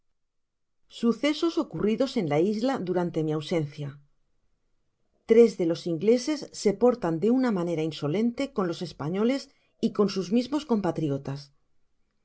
sucesos ocurridos en la isla durante mi au sencia tres de los ingleses se portan de una mane ra insolente con los españoles y con sus mismos